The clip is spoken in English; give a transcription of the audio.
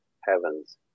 heavens